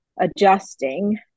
adjusting